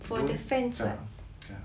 don't kak kak